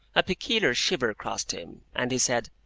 a peculiar shiver crossed him, and he said,